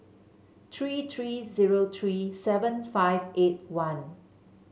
three three zero three seven five eight one